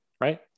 Right